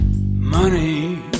Money